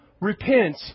repent